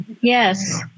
Yes